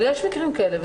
אבל יש מקרים כאלה.